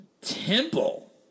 Temple